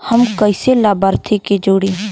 हम कइसे लाभार्थी के जोड़ी?